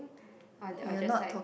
I I'll just site